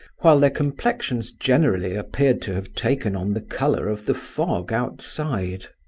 while their complexions generally appeared to have taken on the colour of the fog outside.